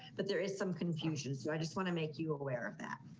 but there is some confusion. so i just want to make you aware of that.